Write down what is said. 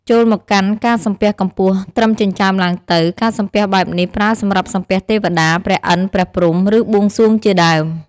ចូលមកដល់ការសំពះកម្ពស់ត្រឹមចិញ្ចើមឡើងទៅ ការសំពះបែបនេះប្រើសម្រាប់សំពះ ទេវតា ព្រះឥន្ទ ព្រះព្រហ្ម ឬបួងសួងជាដើម។